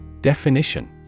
Definition